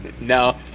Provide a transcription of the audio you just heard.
No